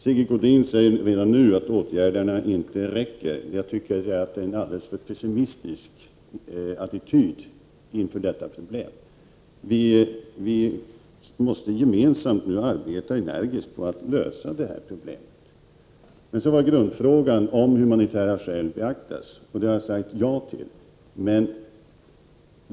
Sigge Godin säger redan nu att åtgärderna inte räcker. Det är en alldeles för pessimistisk attityd inför detta problem. Vi måste gemensamt arbeta energiskt på att lösa problemet. Grundfrågan var om humanitära skäl beaktas, och jag har svarat ja på den frågan.